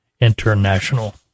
International